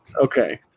Okay